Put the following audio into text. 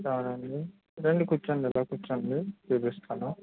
అవునా అండి రండి కుర్చోండి ఇలా కుర్చోండి చూపిస్తాను